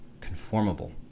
conformable